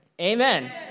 Amen